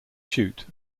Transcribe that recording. shoot